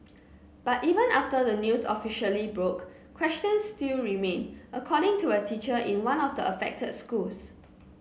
but even after the news officially broke questions still remain according to a teacher in one of the affected schools